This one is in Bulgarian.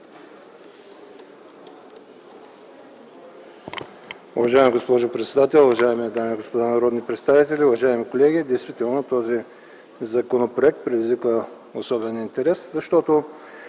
Уважаема госпожо председател, уважаеми дами и господа народни представители, уважаеми колеги! Действително, този законопроект предизвиква особен интерес, защото,